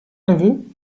neveu